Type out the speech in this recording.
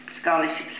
scholarships